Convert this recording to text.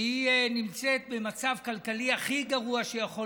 שהיא נמצאת במצב כלכלי הכי גרוע שיכול